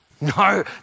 No